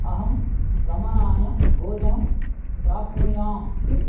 अहं गमनाय भोजनं प्राप्नुयां किम्